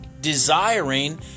desiring